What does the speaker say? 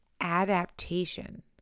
adaptation